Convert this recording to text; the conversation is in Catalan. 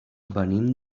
venim